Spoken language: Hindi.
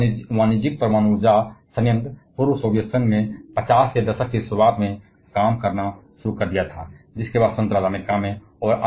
पहला वाणिज्यिक परमाणु ऊर्जा संयंत्र पूर्व सोवियत संघ में 50 के दशक की शुरुआत में काम करना शुरू कर दिया था जिसके बाद संयुक्त राज्य अमेरिका था